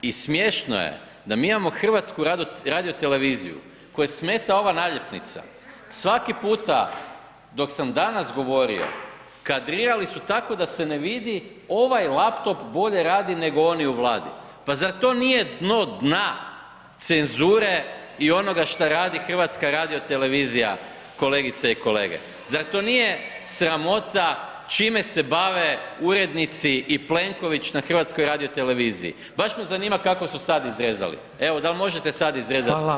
I smješno je da mi imamo HRT kojoj smeta ova naljepnica, svaki puta dok sam danas govorio, kadrijali su tako da se ne vidi, ovaj laptop bolje radi nego oni u Vladi, pa zar to nije dno dna, cenzure i onoga što radi HRT kolegice i kolege, zar to nije sramota čime se bave urednici i Plenković na HRT-u, baš me zanima kako su sad izrezali, evo dal možete sad izrezat vi na HRT-u?